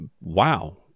wow